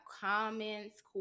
comments